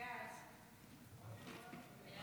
סעיפים 1